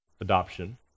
adoption